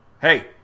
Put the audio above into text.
hey